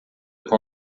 com